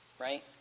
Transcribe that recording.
right